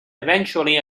eventually